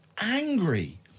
angry